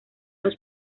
los